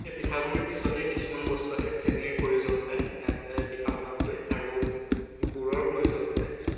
এই পিঠাগুৰিৰ পিছতে কিছুমান বস্তু আহে চেনিৰ প্ৰয়োজন হয় ইয়াত পিঠা বনাবলৈ আৰু গুড়ৰ প্ৰয়োজন হয়